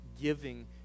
giving